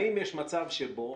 האם יש מצב שבו